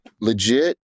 legit